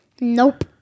Nope